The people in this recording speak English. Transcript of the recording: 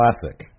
Classic